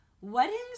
weddings